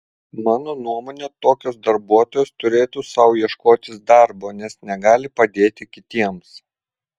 mano nuomone tokios darbuotojos turėtų sau ieškotis darbo nes negali padėti kitiems